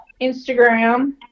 Instagram